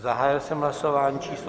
Zahájil jsem hlasování číslo 90.